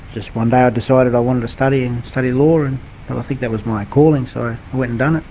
just one day i decided i wanted to study and studied law, and i think that was my calling, so i went and done it.